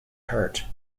hurt